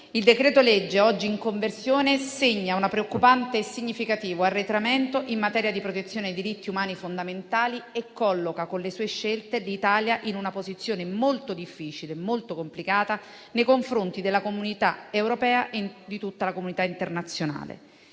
il decreto-legge oggi in conversione segna un preoccupante e significativo arretramento in materia di protezione dei diritti umani fondamentali e colloca con le sue scelte l'Italia in una posizione molto difficile e molto complicata nei confronti della comunità europea e di tutta la comunità internazionale.